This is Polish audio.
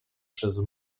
przez